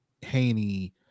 Haney –